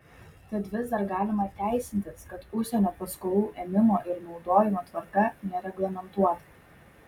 tad vis dar galima teisintis kad užsienio paskolų ėmimo ir naudojimo tvarka nereglamentuota